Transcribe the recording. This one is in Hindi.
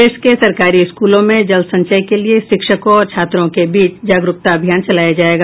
प्रदेश के सरकारी स्कूलों में जल संचय के लिए शिक्षकों और छात्रों के बीच जागरूकता अभियान चलाया जायेगा